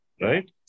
right